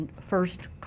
first